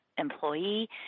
employee